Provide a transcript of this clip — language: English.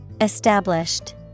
Established